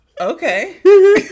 okay